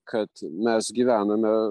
kad mes gyvename